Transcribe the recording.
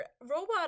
robot